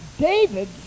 David